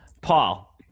Paul –